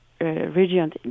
region